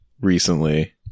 recently